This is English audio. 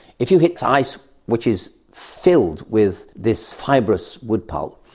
if you hit ice which is filled with this fibrous woodpulp,